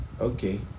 okay